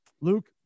Luke